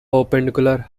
perpendicular